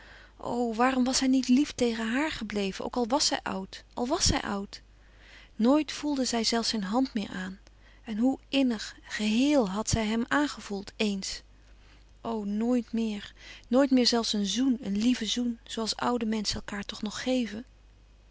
waarom was hij niet lief tegen haar gebleven ook al was zij oud al was zij oud nooit voelde zij zelfs zijn hand meer aan en hoe innig gehéel had zij hem aangevoeld eens o nooit meer nooit meer zelfs een zoen een lieve zoen zoo als oude menschen elkaâr toch nog geven